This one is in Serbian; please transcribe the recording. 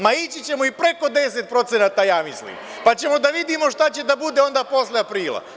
Naići ćemo i preko 10% ja mislim, pa ćemo da vidimo šta će da bude onda posle aprila.